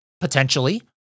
potentially